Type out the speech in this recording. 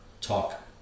talk